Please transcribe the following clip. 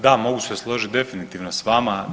Da, mogu se složiti definitivno s vama.